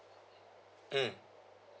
mm